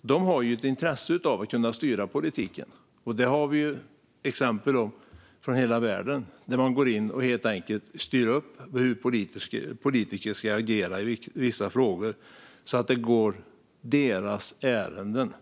De har ett intresse av att kunna styra politiken. Det har vi exempel på från hela världen. De går in och styr upp hur politiker ska agera i vissa frågor så att det hela går deras ärenden.